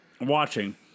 watching